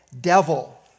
devil